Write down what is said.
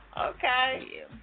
Okay